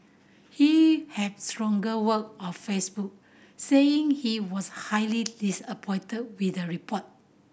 he had stronger word on Facebook saying he was highly disappointed with the report